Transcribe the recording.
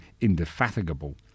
indefatigable